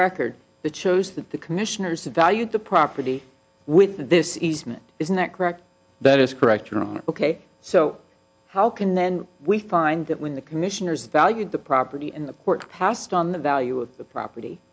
record that shows that the commissioners valued the property with this is meant isn't that correct that is correct you're wrong ok so how can then we find that when the commissioners valued the property and the port passed on the value of the property